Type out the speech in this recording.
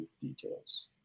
details